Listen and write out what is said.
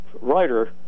writer